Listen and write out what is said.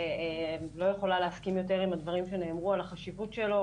אני מסכימה עם הדברים שנאמרו על החשיבות של הדיון,